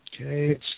okay